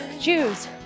Jews